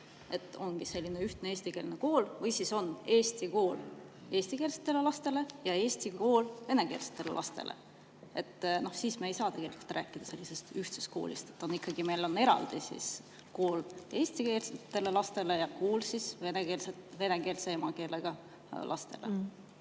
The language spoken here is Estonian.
et ongi selline ühtne eestikeelne kool? Või siis on eesti kool eestikeelsetele lastele ja eesti kool venekeelsetele lastele? Siis me ei saa tegelikult rääkida sellisest ühtsest koolist, sest meil on ikkagi eraldi kool eestikeelsetele lastele ja kool vene emakeelega lastele.